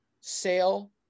Sale